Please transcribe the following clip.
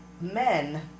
men